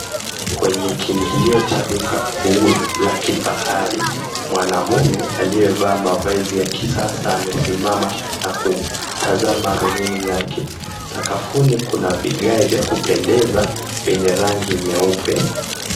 Kwenye kiingilio cha duka kuu la kifahari, mwanaume aliyevaa mavazi ya kisasa amesimama na kutazama rununu yake, sakafuni kuna vigae vya kupendeza vyenye rangi nyeupe.